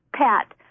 Pat